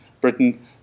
Britain